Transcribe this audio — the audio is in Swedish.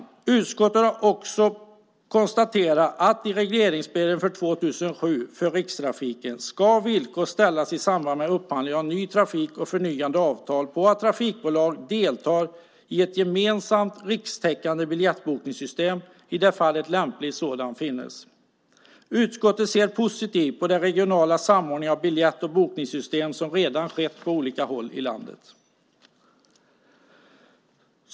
Utskottet har också konstaterat att i regleringsbreven för 2007 för Rikstrafiken ska villkor ställas i samband med upphandling av ny trafik och förnyande av avtal och att trafikbolag ska delta i ett gemensamt rikstäckande biljettbokningssystem om ett lämpligt sådant finns. Utskottet ser positivt på den regionala samordning av biljett och bokningssystem som redan har skett på olika håll i landet.